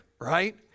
right